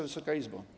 Wysoka Izbo!